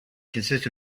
consists